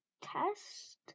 test